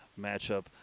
matchup